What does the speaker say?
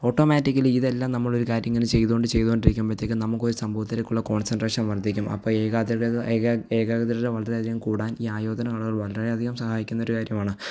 automatically ഇതെല്ലാം നമ്മളൊരു കാര്യം ഇങ്ങനെ ചെയ്തുകൊണ്ട് ചെയ്തുകൊണ്ടിരിക്കുമ്പോഴത്തേക്കും നമുക്കൊരു സംഭവത്തിലേക്കുള്ള കോണ്സെണ്ട്രേഷന് വര്ദ്ധിക്കും അപ്പോള് ഏകാദിടത ഏകാ ഏകാഗ്രത വളരെയധികം കൂടാന് ഈ ആയോധനകലകള് വളരെയധികം സഹായിക്കുന്നൊരു കാര്യമാണ്